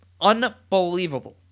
Unbelievable